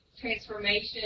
transformation